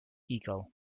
eagle